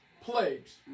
plagues